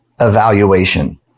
evaluation